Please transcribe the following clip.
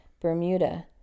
bermuda